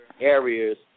areas